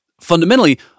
Fundamentally